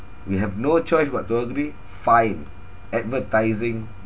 we have no choice but to agree fine advertising